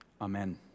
Amen